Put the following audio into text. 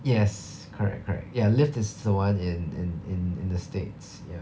yes correct correct ya Lyft is the one in in in in the states